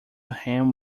him